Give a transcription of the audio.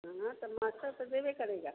हाँ हाँ तो मास्टर तो देवे करेगा